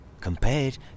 Compared